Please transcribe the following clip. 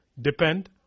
depend